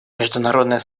международное